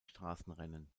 straßenrennen